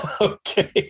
Okay